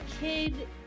kid